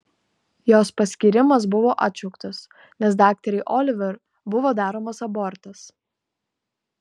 jos paskyrimas buvo atšauktas nes daktarei oliver buvo daromas abortas